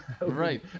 Right